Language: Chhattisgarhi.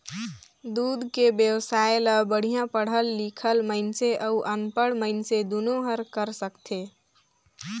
दूद के बेवसाय ल बड़िहा पड़हल लिखल मइनसे अउ अनपढ़ मइनसे दुनो हर कर सकथे